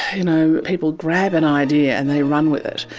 you know, people grab an idea and they run with it.